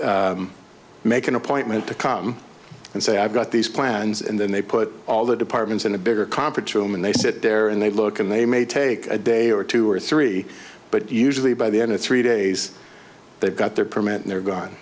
actually make an appointment to come and say i've got these plans and then they put all the departments in a bigger competition and they sit there and they look and they may take a day or two or three but usually by the end of three days they've got their permit and they're gone